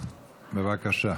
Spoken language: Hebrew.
בבקשה.